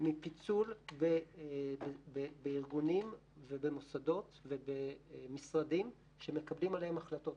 מפיצול בארגונים ובמוסדות ובמשרדים שמקבלים עליהם החלטות.